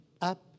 up